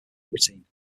routine